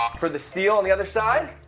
for the steel on the other side.